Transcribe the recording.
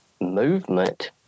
movement